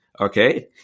Okay